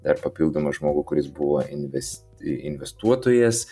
dar papildomą žmogų kuris buvo invest investuotojas